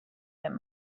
that